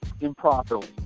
improperly